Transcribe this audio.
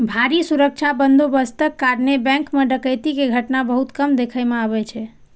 भारी सुरक्षा बंदोबस्तक कारणें बैंक मे डकैती के घटना बहुत कम देखै मे अबै छै